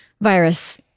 virus